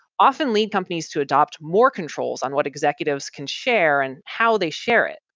often lead companies to adopt more controls on what executives can share and how they share it.